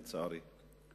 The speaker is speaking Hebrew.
לצערי.